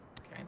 Okay